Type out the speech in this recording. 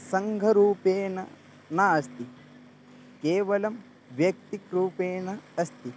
सङ्घरूपेण नास्ति केवलं व्यक्तिकरूपेण अस्ति